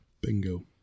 Bingo